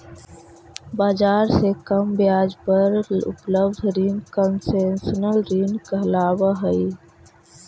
बाजार से कम ब्याज दर पर उपलब्ध रिंग कंसेशनल ऋण कहलावऽ हइ